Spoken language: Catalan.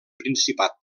principat